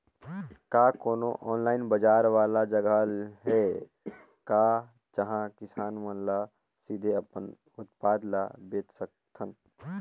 का कोनो ऑनलाइन बाजार वाला जगह हे का जहां किसान मन ल सीधे अपन उत्पाद ल बेच सकथन?